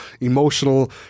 emotional